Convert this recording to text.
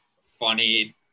funny